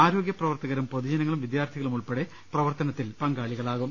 ആരോഗ്യ പ്രവർത്തകരും പൊതുജനങ്ങളും വിദ്യാർത്ഥികളും ഉൾപ്പെടെ പ്രവർത്ത നത്തിൽ പങ്കാളികളാകും